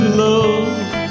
love